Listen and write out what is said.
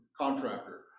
contractor